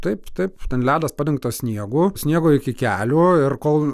taip taip ten ledas padengtas sniegu sniego iki kelių ir kol